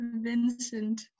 Vincent